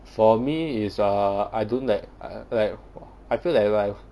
for me is err I don't like uh like I feel that like